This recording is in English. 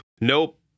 Nope